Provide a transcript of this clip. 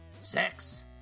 Sex